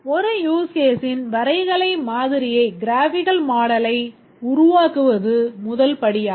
ஒரு use case ன் வரைகலை மாதிரியை உருவாக்குவது முதல் படியாகும்